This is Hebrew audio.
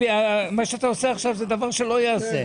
אחמד, מה שאתה עושה עכשיו זה דבר שלא ייעשה.